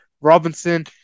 Robinson